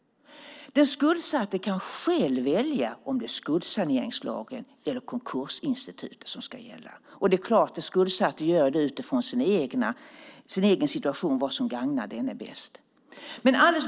Den skuldsatte kan själv välja om det är skuldsaneringslagen eller konkursinstitutet som ska gälla. Den skuldsatte väljer naturligtvis utifrån sin egen situation vad som gagnar honom bäst.